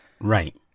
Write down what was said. right